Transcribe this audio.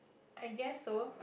I guess so